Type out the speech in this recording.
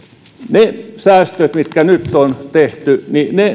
ne säästöt mitkä nyt on tehty